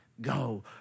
Go